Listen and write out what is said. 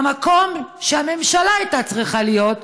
במקום שהממשלה הייתה צריכה להיות,